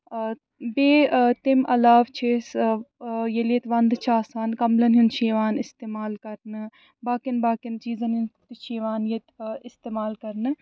آ بیٚیہِ تَمہِ علاوٕ چھِ أسۍ ییٚلہِ ییٚتہِ وَندٕ چھُ آسان کَملَن ہُند چھُ یِوان اِستعمال کرنہٕ باقِیَن باقِیَن چیٖزَن ہُنٛد چھُ یِوان ییٚتہِ اِستعمال کرنہٕ